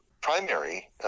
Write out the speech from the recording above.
primary